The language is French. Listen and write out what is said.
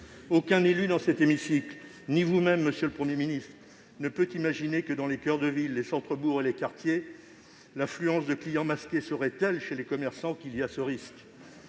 Aucun élu, dans cet hémicycle, ni vous-même, ne peut imaginer que, dans les coeurs de ville, les centres-bourgs et les quartiers, l'affluence de clients masqués serait telle chez les commerçants qu'elle impliquerait